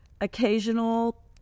occasional